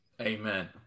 Amen